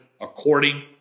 according